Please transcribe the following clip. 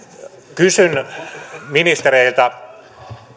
kysyn ministereiltä